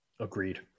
Agreed